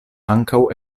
ankaŭ